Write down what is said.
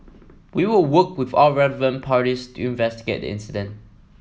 we will work with all relevant parties to investigate the incident